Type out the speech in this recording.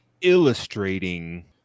illustrating